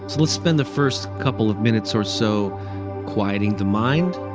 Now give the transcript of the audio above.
let's spend the first couple of minutes or so quieting the mind.